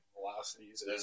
velocities